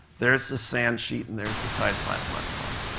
there's the sand sheet, and there's the tide flat mud above.